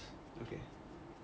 okay